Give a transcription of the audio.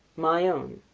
my own.